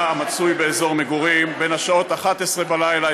המצוי באזור מגורים בין השעות 11 בלילה,